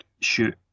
shoot